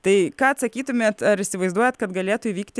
tai ką atsakytumėt ar įsivaizduojat kad galėtų įvykti